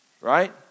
right